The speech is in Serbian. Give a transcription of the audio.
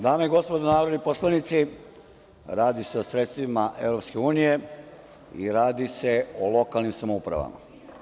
Dame i gospodo narodni poslanici, radi se o sredstvima Evropske unije i radi se o lokalnim samoupravama.